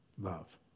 Love